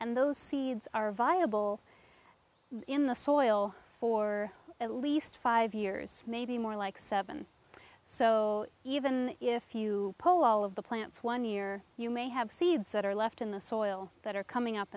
and those seeds are viable in the soil for at least five years maybe more like seven so even if you pull all of the plants one year you may have seeds that are left in the soil that are coming up